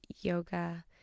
yoga